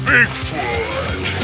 Bigfoot